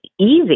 easy